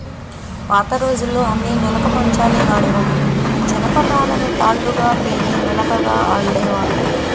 పాతరోజుల్లో అన్నీ నులక మంచాలే వాడేవాళ్ళు, జనపనారను తాళ్ళుగా పేని నులకగా అల్లేవాళ్ళు